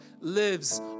lives